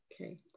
Okay